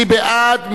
מי בעד?